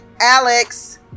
alex